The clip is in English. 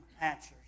answers